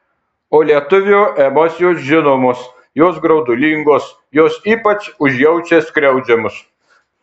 o lietuvio emocijos žinomos jos graudulingos jos ypač užjaučia skriaudžiamus